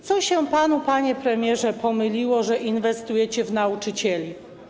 Co się panu, panie premierze, pomyliło - inwestujecie w nauczycieli?